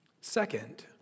Second